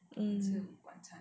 mm